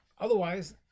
otherwise